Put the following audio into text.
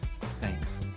Thanks